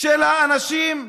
של האנשים?